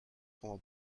como